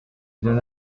donna